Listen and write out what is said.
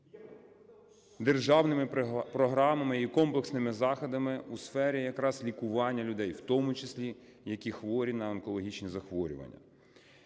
державними програмами і комплексними заходами у сфері якраз лікування людей, в тому числі які хворі на онкологічні захворювання.